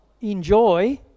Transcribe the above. enjoy